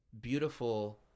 beautiful